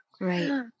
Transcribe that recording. Right